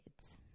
kids